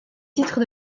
titres